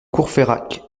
courfeyrac